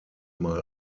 mal